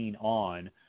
on